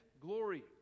glory